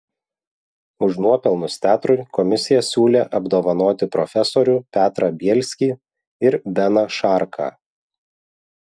už nuopelnus teatrui komisija siūlė apdovanoti profesorių petrą bielskį ir beną šarką